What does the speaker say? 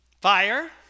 Fire